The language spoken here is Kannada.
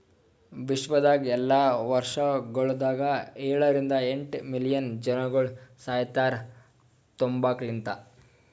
ವಿಶ್ವದಾಗ್ ಎಲ್ಲಾ ವರ್ಷಗೊಳದಾಗ ಏಳ ರಿಂದ ಎಂಟ್ ಮಿಲಿಯನ್ ಜನಗೊಳ್ ಸಾಯಿತಾರ್ ತಂಬಾಕು ಲಿಂತ್